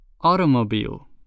Automobile